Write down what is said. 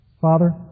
Father